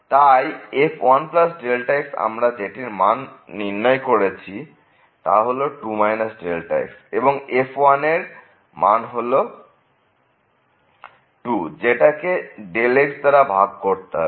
তাই f 1x আমরা যেটির মান নির্ণয় করেছি তা হল 2 x এবং f এর মান হল 2 যেটাকে x দাঁড়া ভাগ করতে হবে